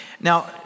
Now